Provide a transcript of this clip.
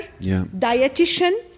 dietitian